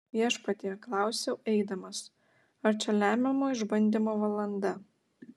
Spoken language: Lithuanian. viešpatie klausiau eidamas ar čia lemiamo išbandymo valanda